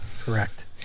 Correct